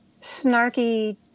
snarky